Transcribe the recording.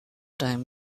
time